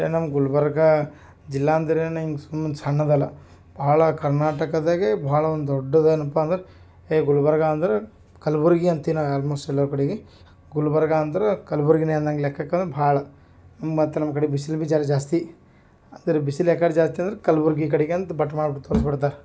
ಅಂದರೆ ನಮ್ಮ ಗುಲ್ಬರ್ಗಾ ಜಿಲ್ಲೆ ಅಂದ್ರೆ ಹಿಂಗ್ ಸುಮ್ಮನೆ ಸಣ್ಣದಲ್ಲ ಭಾಳ ಕರ್ನಾಟಕದಾಗೇ ಭಾಳ ಒಂದು ದೊಡ್ದದೇನಪ್ಪ ಅಂದರೆ ಏ ಗುಲ್ಬರ್ಗ ಅಂದರೆ ಕಲ್ಬುರ್ಗಿ ಅಂತಿವಿ ನಾವು ಆಲ್ಮೋಸ್ಟ್ ಎಲ್ಲ ಕಡೆಗೆ ಗುಲ್ಬರ್ಗ ಅಂದ್ರೆ ಕಲ್ಬುರ್ಗಿನೇ ಅನ್ನೊಂಗ್ ಲೆಕ್ಕಕ್ಕೆ ಭಾಳ ಮತ್ತು ನಮ್ಮ ಕಡೆಗ್ ಬಿಸ್ಲು ಬಿಜಾರ್ ಜಾಸ್ತಿ ಅಂದರೆ ಬಿಸಿಲು ಯಾಕರ್ ಜಾಸ್ತಿ ಅಂದರೆ ಕಲ್ಬುರ್ಗಿ ಕಡೆಗೆ ಅಂತ ಬಟ್ ಮಾಡ್ಬಿಟ್ಟು ತೋರ್ಸಿ ಬಿಡ್ತಾರೆ